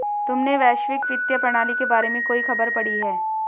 तुमने वैश्विक वित्तीय प्रणाली के बारे में कोई खबर पढ़ी है?